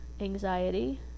anxiety